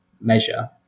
measure